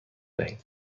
دهیم